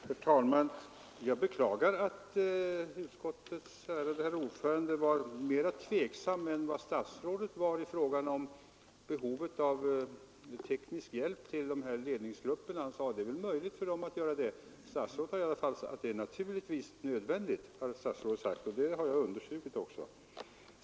Herr talman! Jag beklagar att utskottets ärade herr ordförande var mera tveksam än statsrådet i fråga om behovet av att knyta teknisk hjälp till ledningsgrupperna. Han sade att det är möjligt att göra det. Statsrådet sade att det naturligtvis är nödvändigt, och det har jag understrukit också.